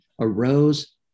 arose